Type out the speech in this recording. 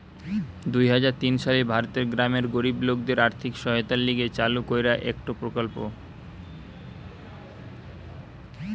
দুই হাজার তিন সালে ভারতের গ্রামের গরিব লোকদের আর্থিক সহায়তার লিগে চালু কইরা একটো প্রকল্প